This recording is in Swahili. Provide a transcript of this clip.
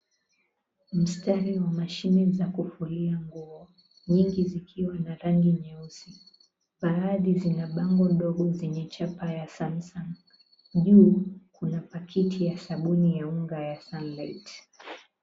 Mstari wa mashine za kufulia nguo nyingi zikiwa na rangi nyeusi. Baadhi zina bango ndogo zenye chapa ya Samsung. Juu kuna pakiti ya sabuni ya unga ya Sunlight.